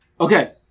Okay